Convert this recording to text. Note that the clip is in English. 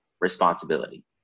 responsibility